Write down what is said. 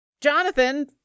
Jonathan